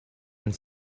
and